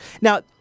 now